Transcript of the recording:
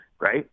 right